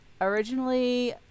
originally